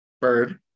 Bird